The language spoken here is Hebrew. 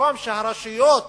במקום שהרשויות